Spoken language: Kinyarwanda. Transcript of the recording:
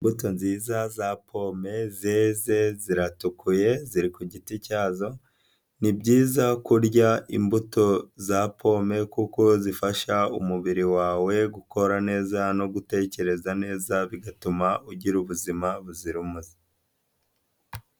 Imbuto nziza za pome zeze, ziratukuye ziri ku giti cyazo; ni byizayiza kurya imbuto za pome kuko zifasha umubiri wawe gukora neza no gutekereza neza bigatuma ugira ubuzima buzira umuze.